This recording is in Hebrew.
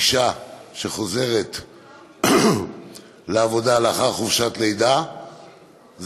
אישה שחוזרת לעבודה לאחר חופשת לידה זכאית,